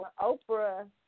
Oprah